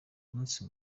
umunsi